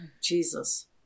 Jesus